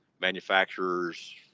manufacturers